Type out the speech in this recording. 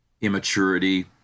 immaturity